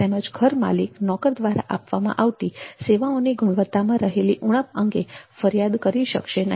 તેથી જ ઘરમાલિક નોકર દ્વારા આપવામાં આવતી સેવાઓની ગુણવત્તામાં રહેલી ઉણપ અંગે ફરિયાદ કરી શકશે નહીં